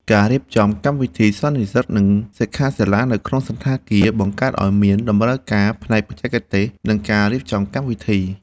ការរៀបចំកម្មវិធីសន្និសីទ និងសិក្ខាសាលានៅក្នុងសណ្ឋាគារបង្កើតឱ្យមានតម្រូវការផ្នែកបច្ចេកទេស និងការរៀបចំកម្មវិធី។